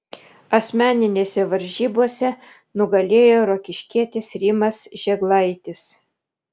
asmeninėse varžybose nugalėjo rokiškietis rimas žėglaitis